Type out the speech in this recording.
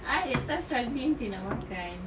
I that time struggling seh nak makan